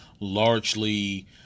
largely